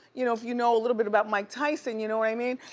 you know if you know a little bit about mike tyson, you know what i mean?